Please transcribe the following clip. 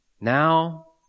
Now